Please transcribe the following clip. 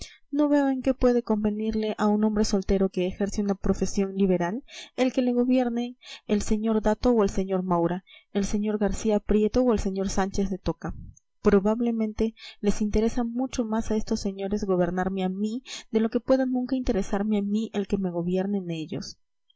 no veo en qué puede convenirle a un hombre soltero que ejerce una profesión liberal el que le gobiernen el sr dato o el señor maura el sr garcía prieto o el sr sánchez de toca probablemente les interesa mucho más a estos señores gobernarme a mí de lo que pueda nunca interesarme a mí el que me gobiernen ellos